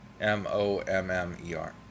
M-O-M-M-E-R